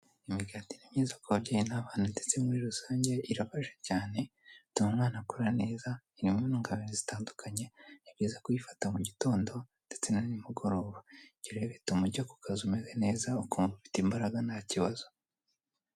Imigati ni myiza ku babyeyi n'abantu ndetse muri rusange irafasha cyane, ituma umwana akura neza, irimo intungabiri zitandukanye. Ni byiza kuyifata mu gitondo ndetse na nimugoroba, ibyo rero bituma ujya ku kazi umeze neza ukumva ufite imbaraga nta kibazo.